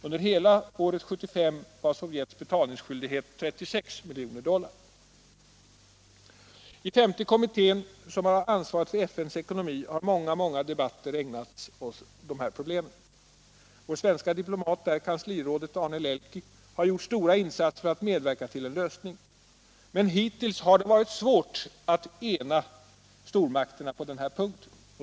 För hela 1975 var Sovjets betalningsskyldighet 36 milj. dollar. I femte kommittén, som har ansvaret för FN:s ekonomi, har många debattimmar ägnats åt dessa problem. Vår svenske diplomat där, kanslirådet Arne Lellki, har gjort stora insatser för att medverka till en lösning. Men hittills har det varit svårt att ena stormakterna på den här punkten.